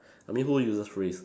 I mean who uses phrase